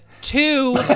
Two